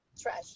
Trash